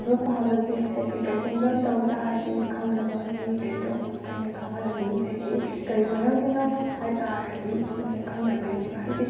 ꯏꯕ ꯄꯥꯕꯁꯦ ꯍꯥꯏꯗꯤ ꯀꯔꯤꯒꯨꯝꯕ ꯇꯧ ꯇꯥꯔꯗꯤ ꯈꯪꯗꯕ ꯃꯤꯈꯩꯗꯣ ꯑꯩꯈꯣꯏꯅ ꯈꯪꯍꯜꯂꯅꯤ ꯍꯥꯏꯕꯗꯤ ꯀꯔꯤ ꯃꯔꯝꯒꯤꯅꯣ ꯍꯥꯏ ꯇꯥꯔꯗꯤ ꯃꯣꯏꯅ ꯈꯪꯗꯕꯒꯤꯅꯦꯕ ꯍꯥꯏꯗꯤ